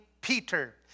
Peter